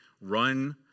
run